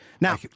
Now